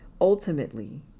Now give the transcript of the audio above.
Ultimately